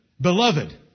Beloved